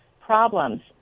problems